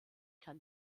kann